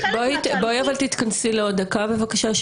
תתכנסי לעוד דקה בבקשה.